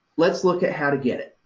let's look at how to get it.